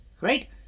right